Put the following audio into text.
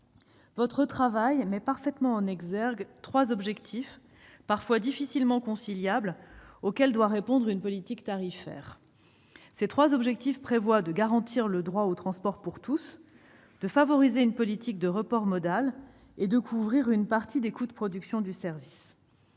Votre travail met parfaitement en évidence les trois objectifs, parfois difficilement conciliables, auxquels doit répondre une politique tarifaire : garantir le droit au transport pour tous, favoriser une politique de report modal et, enfin, couvrir une partie des coûts de production du service.